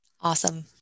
Awesome